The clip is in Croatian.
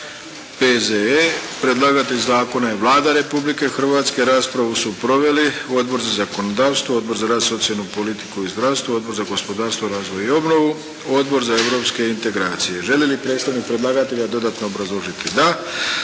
771 Predlagatelj Zakona je Vlada Republike Hrvatske, raspravu su proveli Odbor za zakonodavstvo, Odbor za rad, socijalnu politiku i zdravstvo, Odbor za gospodarstvo, razvoj i obnovu, Odbor za Europske integracije. Želi li predstavnik predlagatelja dodatno obrazložiti? DA.